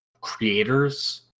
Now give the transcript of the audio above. creators